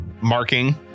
marking